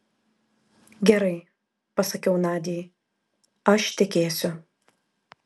gerai pasakiau nadiai aš tekėsiu